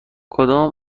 کدام